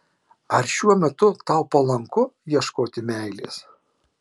ar šiuo metu tau palanku ieškoti meilės